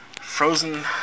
Frozen